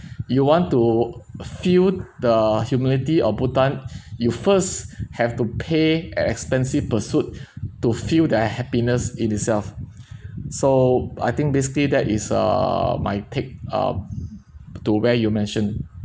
you want to feel the humility of bhutan you first have to pay an expensive pursuit to feel that a happiness in itself so I think basically that is uh my take uh to where you mention